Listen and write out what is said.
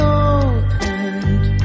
opened